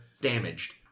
damaged